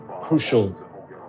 crucial